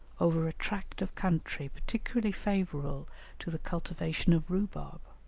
over a tract of country particularly favourable to the cultivation of rhubarb,